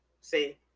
see